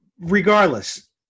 Regardless